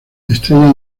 estrella